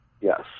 Yes